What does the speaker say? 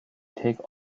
take